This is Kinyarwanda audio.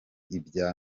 ibya